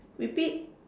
repeat